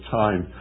time